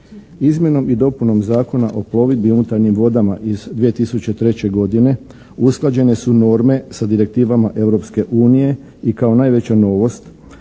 Izmjenom i dopunom Zakona o plovidbi unutarnjim vodama iz 2003. godine usklađene su norme sa direktivama Europske unije i kao najveća novost